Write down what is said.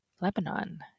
Lebanon